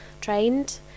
trained